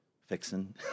Fixing